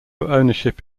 ownership